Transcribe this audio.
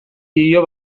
dio